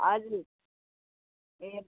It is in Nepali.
हजुर ए